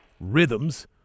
Rhythms